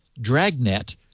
dragnet